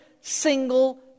single